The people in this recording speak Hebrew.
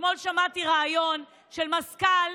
אתמול שמעתי ריאיון של מזכ"ל